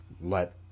let